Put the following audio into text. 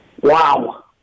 Wow